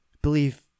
believe